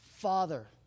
Father